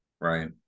Right